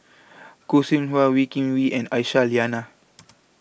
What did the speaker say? Khoo Seow Hwa Wee Kim Wee and Aisyah Lyana